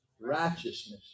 righteousness